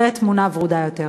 נראה תמונה ורודה יותר.